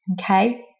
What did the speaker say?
Okay